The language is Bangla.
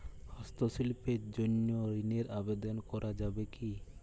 হস্তশিল্পের জন্য ঋনের আবেদন করা যাবে কি?